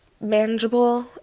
manageable